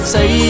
Say